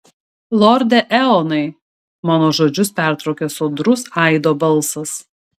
lorde eonai mano žodžius pertraukė sodrus aido balsas